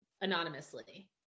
anonymously